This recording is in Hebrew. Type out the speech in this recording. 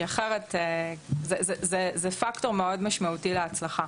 זה פקטור מאוד משמעותי להצלחה.